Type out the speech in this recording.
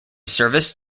service